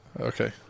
Okay